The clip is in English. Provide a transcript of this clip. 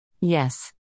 Yes